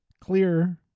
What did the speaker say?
clear